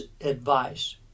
advice